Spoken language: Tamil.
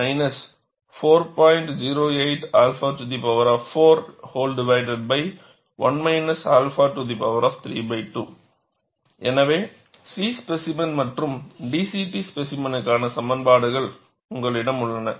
08α41 α32 எனவே C ஸ்பேசிமென் மற்றும் DCT ஸ்பேசிமென்க்கான சமன்பாடுகள் உங்களிடம் உள்ளன